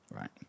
right